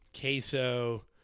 queso